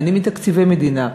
הם נהנים מתקציבי מדינה,